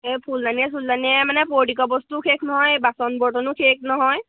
এই ফুলজানীয়েে চুলজানীয়ে মানে পৌদিকা বস্তুও শেষ নহয় বাচন বৰ্তনো শেষ নহয়